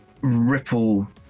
Ripple